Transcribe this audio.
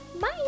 bye